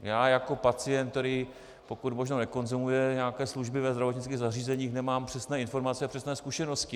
Já jako pacient, který pokud možno nekonzumuje nějaké služby ve zdravotnických zařízeních, nemám přesné informace a přesné zkušenosti.